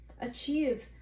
achieve